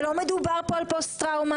לא מדובר פה על פוסט טראומה.